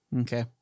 Okay